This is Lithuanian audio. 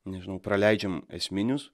nežinau praleidžiam esminius